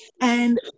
And-